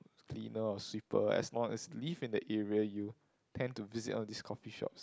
cleaner or sweeper as long as you live in the area you tend to visit all these coffee shop